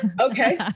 Okay